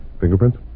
Fingerprints